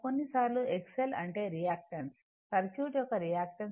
కొన్నిసార్లు XL అంటే reactance circuit యొక్క రియాక్టన్స్